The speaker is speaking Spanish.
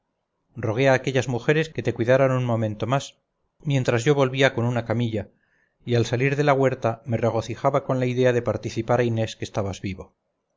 a aquellas mujeres que te cuidaran un momento más mientras yo volvía con una camilla y al salir de la huerta me regocijaba con la idea de participar a inés que estabas vivo